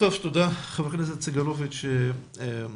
חבר הכנסת סגלוביץ', תודה.